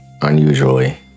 unusually